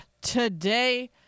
today